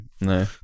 no